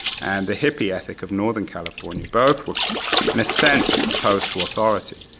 and the hippie ethic of northern california, both were in a sense opposed to authority.